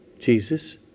Jesus